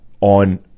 on